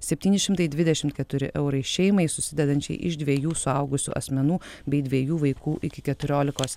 septyni šimtai dvidešimt keturi eurai šeimai susidedančiai iš dviejų suaugusių asmenų bei dviejų vaikų iki keturiolikos